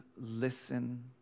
listen